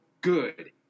good